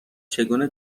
چگونه